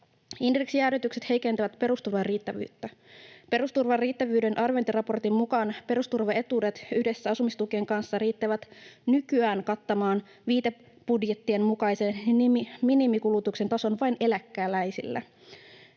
Indeksijäädytykset heikentävät perusturvan riittävyyttä. Perusturvan riittävyyden arviointiraportin mukaan perusturvaetuudet yhdessä asumistukien kanssa riittävät nykyään kattamaan viitebudjettien mukaisen minimikulutuksen tason vain eläkeläisillä.